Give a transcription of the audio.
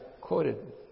quoted